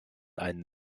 einen